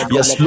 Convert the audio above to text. Yes